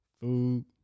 food